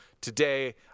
today